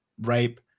rape